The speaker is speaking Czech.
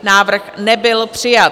Návrh nebyl přijat.